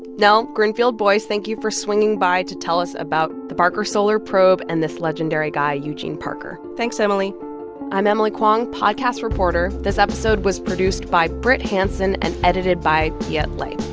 nell greenfieldboyce, thank you for swinging by to tell us about the parker solar probe and this legendary guy, eugene parker thanks, emily i'm emily kwong, podcast reporter. this episode was produced by brit hanson and edited by viet le.